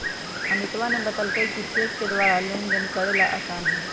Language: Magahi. अमितवा ने बतल कई कि चेक के द्वारा लेनदेन करे ला आसान हई